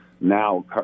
now